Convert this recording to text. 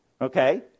Okay